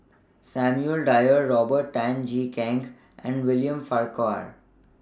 Samuel Dyer Robert Tan Jee Keng and William Farquhar